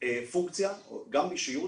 פונקציה גם אישיות,